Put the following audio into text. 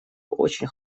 очень